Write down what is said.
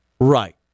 right